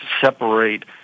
separate